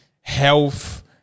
health